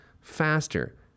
faster